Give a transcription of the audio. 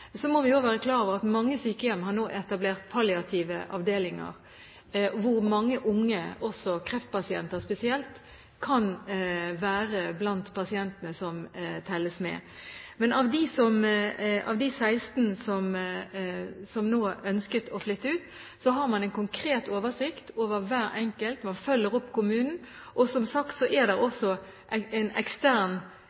Så må vi også være klar over at mange sykehjem har nå etablert palliative avdelinger, hvor mange unge, kreftpasienter spesielt, kan være blant pasientene som telles med. Når det gjelder de 16 som ønsket å flytte ut, har man en konkret oversikt over hver enkelt, man følger opp kommunen, og som sagt er det